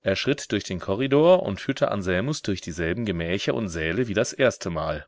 er schritt durch den korridor und führte anselmus durch dieselben gemächer und säle wie das erstemal der